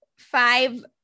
five